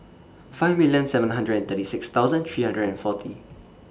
five million seven hundred and thirty six thousand three hundred and forty